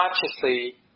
consciously